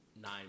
nine